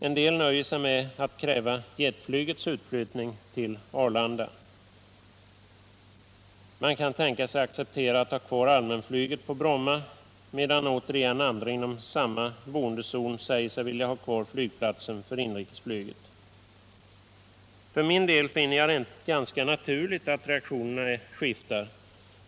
En del nöjer sig med att kräva jetflygets utflyttning till Arlanda — Flygplatsfrågan i - man kan tänka sig acceptera att ha kvar allmänflyget på Bromma. Stockholmsregio Andra återigen inom samma boendezon säger sig vilja ha kvar flygplatsen — nen för inrikesflyget. För min del finner jag det ganska naturligt att reaktionerna skiftar.